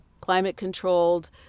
climate-controlled